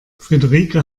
friederike